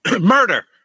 Murder